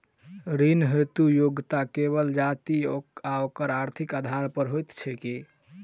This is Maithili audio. ऋण हेतु योग्यता केवल जाति आओर आर्थिक आधार पर होइत छैक की?